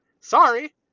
Sorry